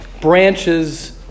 branches